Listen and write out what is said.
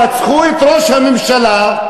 רצחו את ראש הממשלה,